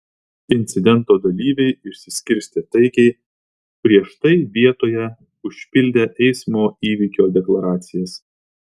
incidento dalyviai išsiskirstė taikiai prieš tai vietoje užpildę eismo įvykio deklaracijas